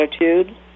attitude